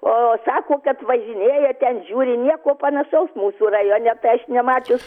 o sako kad važinėja ten žiūri nieko panašaus mūsų rajone tai aš nemačius